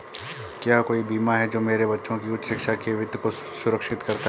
क्या कोई बीमा है जो मेरे बच्चों की उच्च शिक्षा के वित्त को सुरक्षित करता है?